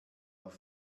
auf